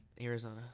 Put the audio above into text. Arizona